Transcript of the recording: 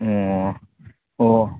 ꯑꯣ ꯑꯣ